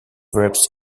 verbs